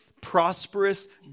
prosperous